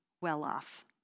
well-off